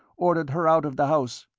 ordered her out of the house.